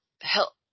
help